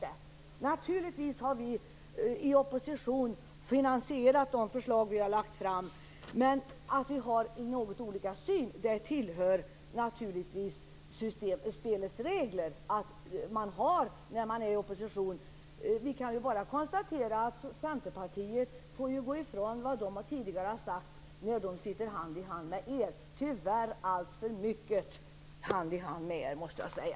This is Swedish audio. Vi i oppositionen har naturligtvis finansierat de förslag som vi har lagt fram. Men att vi har litet olika syn tillhör spelets regler. Centerpartiet får ju gå ifrån det som man tidigare har sagt eftersom man går hand i hand med er, tyvärr alltför mycket hand i hand måste jag säga.